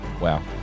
Wow